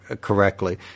correctly